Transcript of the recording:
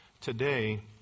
today